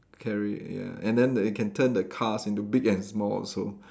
carry ya and then the it can turn the cars into big and small also